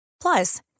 Plus